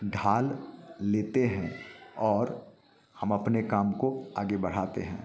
ढाल लेते हैं और हम अपने काम को आगे बढ़ाते हैं